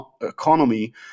economy